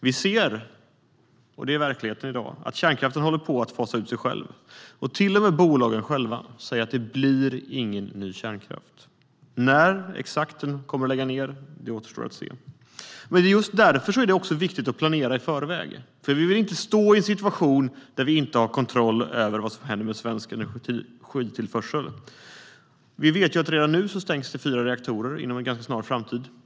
Vi ser, och det är verkligheten i dag, att kärnkraften håller på att fasa ut sig själv. Till och med bolagen själva säger att det inte blir någon ny kärnkraft. Exakt när den kommer att läggas ned återstår att se. Just därför är det viktigt att planera i förväg, för vi vill inte stå i en situation där vi inte har kontroll över vad som händer med svensk energitillförsel. Vi vet redan nu att det stängs fyra reaktorer inom en ganska snar framtid.